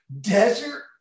desert